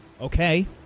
Okay